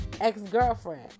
ex-girlfriend